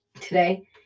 Today